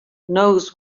knows